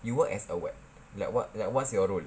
you work as a what what like what's your role